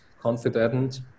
confident